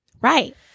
Right